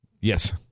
Yes